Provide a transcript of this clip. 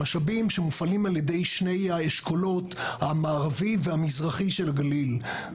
משאבים שמופעלים על ידי שני האשכולות המערבי והמזרחי של הגליל.